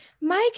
Mike